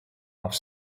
off